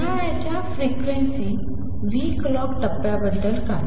घड्याळाच्या frequency clock टप्प्याबद्दल काय